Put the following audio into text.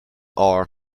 are